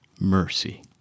Mercy